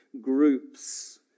groups